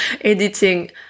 editing